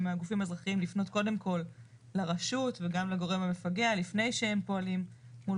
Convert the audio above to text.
הגופים האזרחיים לפנות קודם כל לרשות ולגורם המפגע לפני שהם פועלים מול